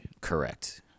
Correct